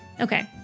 Okay